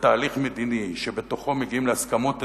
לתהליך מדיני שבתוכו מגיעים להסכמות אזוריות,